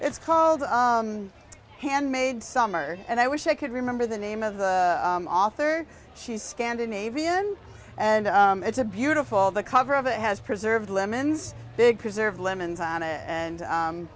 it's called handmade summer and i wish i could remember the name of the author she's scandinavian and it's a beautiful the cover of it has preserved lemons big preserved lemons on it and